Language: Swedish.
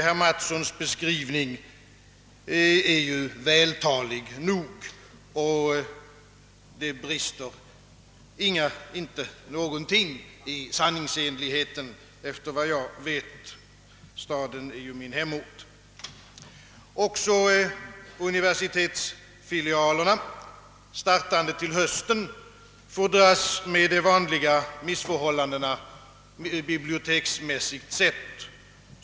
Herr Mattssons beskrivning är ju vältalig nog och brister inte i sanningsenlighet efter vad jag vet — staden är ju min hemort. Även de universitetsfilialer, som startas till hösten, kommer att få dras med de vanliga missförhållandena, biblioteksmässigt sett.